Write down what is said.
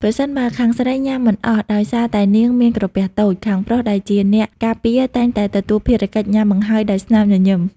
ប្រសិនបើខាងស្រីញ៉ាំមិនអស់ដោយសារតែនាងមានក្រពះតូច ខាងប្រុសដែលជាអ្នកការពារតែងតែទទួលភារកិច្ចញ៉ាំបង្ហើយដោយស្នាមញញឹម។